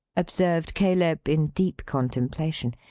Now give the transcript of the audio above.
observed caleb, in deep contemplation,